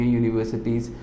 universities